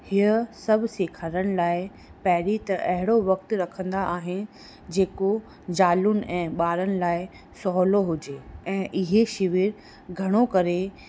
हीअ सभु सेखारण लाइ पहिरीं त अहिड़ो वक़्त रखंदा आहिनि जेको जालुनि ऐं ॿारनि लाइ सहूलो हुजे ऐं इहा शिविर घणो करे